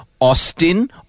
Austin